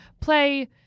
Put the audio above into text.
play